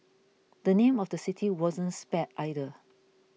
the name of the city wasn't spared either